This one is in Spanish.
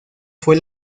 fue